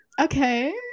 Okay